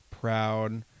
proud